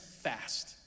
fast